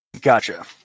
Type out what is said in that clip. Gotcha